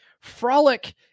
Frolic